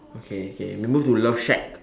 okay okay we move to love shack